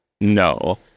No